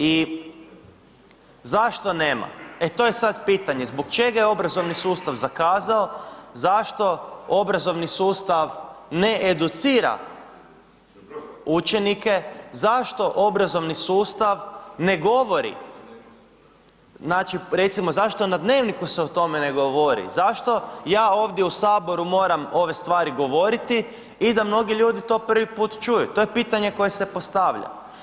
I zašto nema, e to je sad pitanje, zbog čega je obrazovni sustav zakazao, zašto obrazovni sustav ne educira učenike, zašto obrazovni sustav ne govori, znači recimo zašto na dnevniku se o tome ne govori, zašto ja ovdje u saboru moram ove stvari govoriti i da mnogi ljudi to prvi put čuju, to je pitanje koje se postavlja.